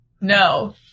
no